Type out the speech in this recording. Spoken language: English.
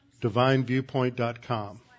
Divineviewpoint.com